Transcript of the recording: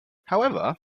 however